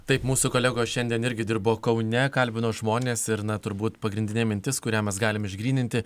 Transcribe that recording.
taip mūsų kolegos šiandien irgi dirbo kaune kalbino žmones ir na turbūt pagrindinė mintis kurią mes galime išgryninti